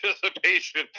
participation